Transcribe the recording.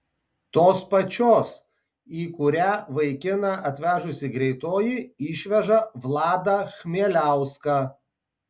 tos pačios į kurią vaikiną atvežusi greitoji išveža vladą chmieliauską